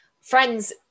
friends